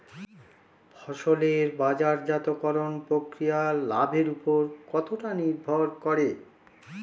ফসলের বাজারজাত করণ প্রক্রিয়া লাভের উপর কতটা নির্ভর করে?